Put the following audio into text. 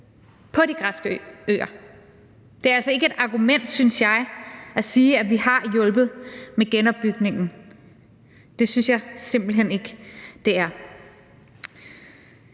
på de græske øer. Det er altså ikke et argument, synes jeg, at sige, at vi har hjulpet med genopbygningen. Det synes jeg simpelt hen ikke det er.